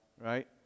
right